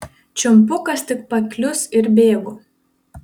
čiumpu kas tik paklius ir bėgu